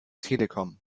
telekom